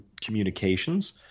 communications